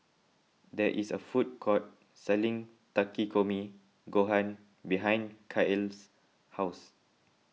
there is a food court selling Takikomi Gohan behind Kael's house